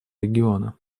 региона